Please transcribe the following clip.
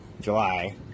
July